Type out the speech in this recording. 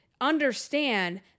understand